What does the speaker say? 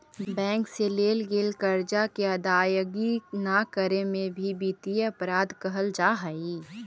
bank से लेल गेल कर्जा के अदायगी न करे में भी वित्तीय अपराध कहल जा हई